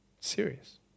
Serious